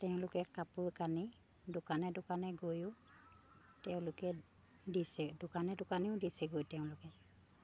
তেওঁলোকে কাপোৰ কানি দোকানে দোকানে গৈও তেওঁলোকে দিছে দোকানে দোকানেও দিছেগৈ তেওঁলোকে